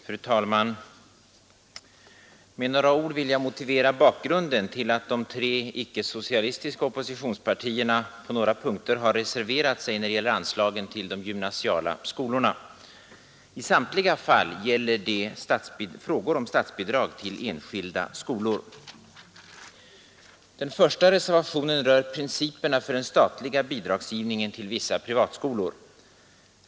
Fru talman! Med några ord vill jag motivera bakgrunden till att de tre icke-socialistiska oppositionspartierna på några punkter har reserverat sig när det gäller anslagen till de gymnasiala skolorna. I samtliga fall gäller det frågor om statsbidrag till enskilda skolor. Den första reservationen rör principerna för den statliga bidragsgivningen till vissa privatskolor.